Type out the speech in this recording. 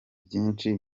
byinshi